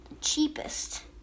cheapest